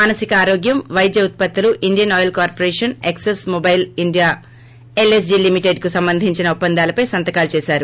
మానసిక ఆరోగ్యం వైద్య ఉత్పత్తులు ఇండియన్ ఆయిల్ కార్పొరేషన్ ఎక్పాస్ మొబిల్ ఇండియా ఎల్ఎస్జీ లీమిటెడ్ కు సంబంధించిన ఒప్పందాలపై సంతకాలు చేశారు